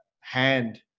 hand